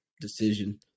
decision